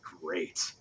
great